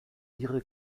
ihre